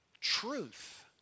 truth